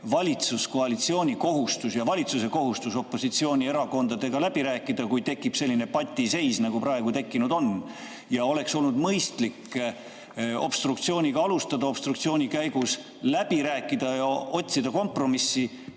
valitsuskoalitsiooni kohustus ja valitsuse kohustus, opositsioonierakondadega läbi rääkida, kui tekib selline patiseis, nagu praegu tekkinud on. Oleks olnud mõistlik obstruktsiooniga alustada, obstruktsiooni käigus läbi rääkida ja otsida kompromissi.